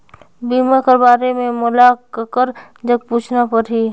बीमा कर बारे मे मोला ककर जग पूछना परही?